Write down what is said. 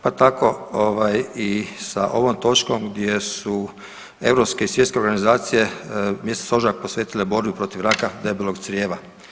Pa tako i sa ovom točkom gdje su europske i svjetske organizacije mjesec ožujak posvetile borbi protiv raka debelog crijeva.